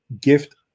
gift